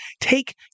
take